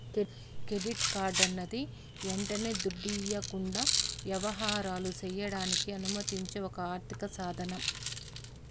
credit కార్డన్నది యంటనే దుడ్డివ్వకుండా యవహారాలు సెయ్యడానికి అనుమతిచ్చే ఒక ఆర్థిక సాదనం